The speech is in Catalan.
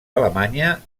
alemanya